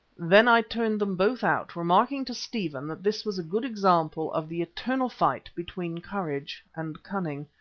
then i turned them both out, remarking to stephen that this was a good example of the eternal fight between courage and cunning.